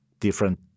Different